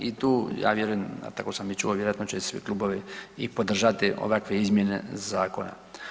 I tu ja vjerujem, a tako sam i čuo, vjerojatno će i svi klubovi i podržati ovakve izmjene zakona.